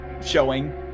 showing